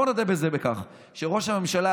בוא נודה בכך שראש הממשלה,